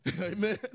Amen